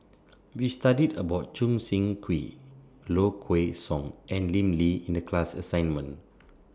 We studied about Choo Seng Quee Low Kway Song and Lim Lee in The class assignment